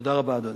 תודה רבה, אדוני.